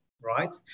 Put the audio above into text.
right